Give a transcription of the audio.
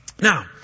Now